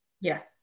Yes